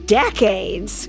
decades